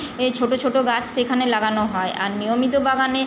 এই ছোটো ছোটো গাছ সেখানে লাগানো হয় আর নিয়মিত বাগানে